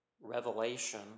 revelation